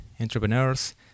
entrepreneurs